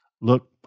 look